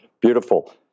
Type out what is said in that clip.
Beautiful